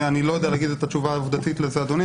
אני לא יודע להגיד את התשובה לזה, אדוני.